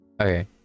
Okay